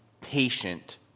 patient